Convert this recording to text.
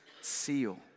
seal